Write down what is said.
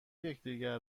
یکدیگر